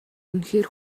үнэхээр